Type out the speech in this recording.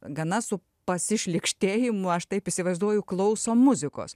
gana su pasišlykštėjimu aš taip įsivaizduoju klauso muzikos